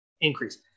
increase